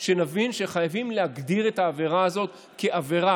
שנבין שחייבים להגדיר את העבירה הזאת כעבירה